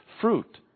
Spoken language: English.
fruit